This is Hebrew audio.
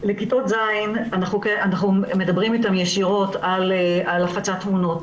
כיתות ז' אנחנו מדברים ישירות על הפצת תמונות,